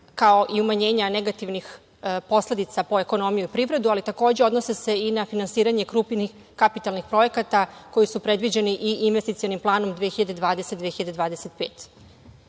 kao i umanjenja negativnih posledica po ekonomiju i privredu, ali takođe odnose se i na finansiranje krupnih kapitalnih projekata koji su predviđeni i investicionim planom 2025.